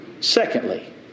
Secondly